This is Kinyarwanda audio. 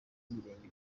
y’ibirenge